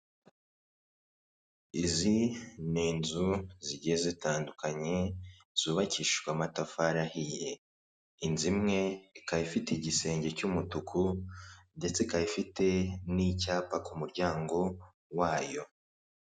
Izi ni inzu zigiye zitandukanye zubakishijwe amatafari ahiye. Inzu imwe ikaba ifite igisenge cy'umutuku ndetse ikaba ifite n'icyapa ku muryango wayo.